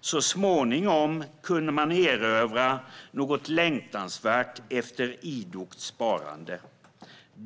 Så småningom kunde man erövra något längtansvärt efter idogt sparande.